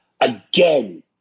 again